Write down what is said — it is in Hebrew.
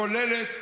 כוללת,